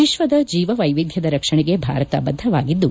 ವಿಶ್ವದ ಜೀವವೈವಿಧ್ವದ ರಕ್ಷಣೆಗೆ ಭಾರತ ಬದ್ದವಾಗಿದ್ದು